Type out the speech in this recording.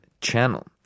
channel